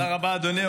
תודה רבה, אדוני.